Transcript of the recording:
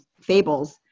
Fables